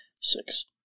six